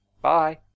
bye